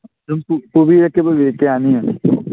ꯑꯗꯨꯝ ꯄꯨꯕꯤꯔꯛꯀꯦ ꯄꯨꯕꯤꯔꯛꯀꯦ ꯌꯥꯅꯤ ꯌꯥꯅꯤ